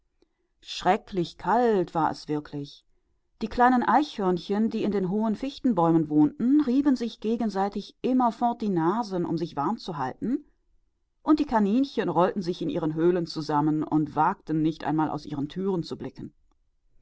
kalt war es wirklich die kleinen eichhörnchen die im innern der großen fichten wohnten rieben fortwährend ihre nasen aneinander um sich warm zu halten und die kaninchen rollten sich in ihren höhlen auf und wagten nicht sich draußen